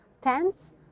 tents